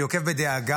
אני עוקב בדאגה,